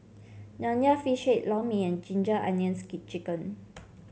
Nonya Fish Head Lor Mee and Ginger Onions chicken